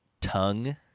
tongue